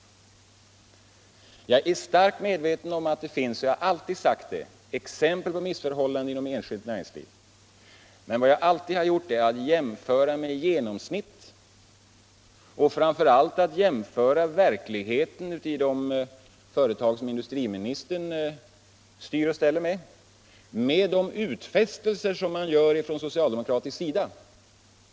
Jag är starkt medveten om att det finns — och det har jag tidigare sagt — exempel på missförhållanden inom det enskilda näringslivet, men vad jag alltid har gjort är att jämföra med ett genomsnitt och framför allt att jämföra verkligheten i de företag, som industriministern styr och ställer med, med de utfästelser som görs från socialdemokratiskt håll.